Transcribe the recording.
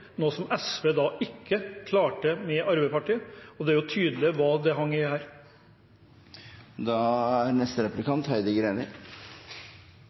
noe som SV ikke klarte med Arbeiderpartiet, og det er tydelig hva det hang i her.